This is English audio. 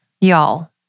y'all